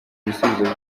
ibisubizo